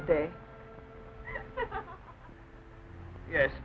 today yes